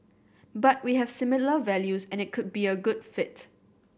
but we have similar values and it could be a good fit